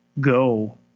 go